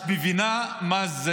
תודה רבה.